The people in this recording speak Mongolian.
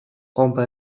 гомбо